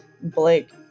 Blake